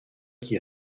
qui